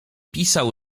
pisał